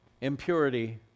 impurity